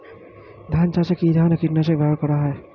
ধান চাষে কী ধরনের কীট নাশক ব্যাবহার করা হয়?